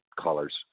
colors